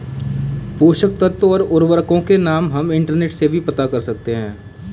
पोषक तत्व और उर्वरकों के नाम हम इंटरनेट से भी पता कर सकते हैं